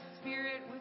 spirit